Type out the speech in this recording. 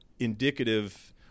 indicative